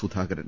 Sudhakaran